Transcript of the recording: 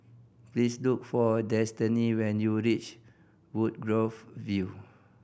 please look for Destini when you reach Woodgrove View